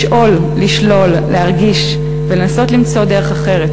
לשאול, לשלול, להרגיש ולנסות למצוא דרך אחרת,